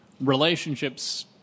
Relationships